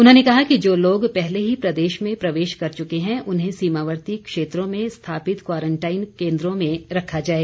उन्होंने कहा कि जो लोग पहले ही प्रदेश में प्रवेश कर चुके हैं उन्हें सीमावर्ती क्षेत्रों में स्थापित क्वारंटाइन केन्द्रों में रखा जाए